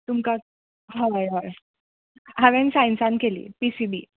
तुमकां हय हय हांवें सायन्सान केली पि सि बी